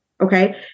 Okay